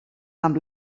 amb